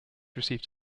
received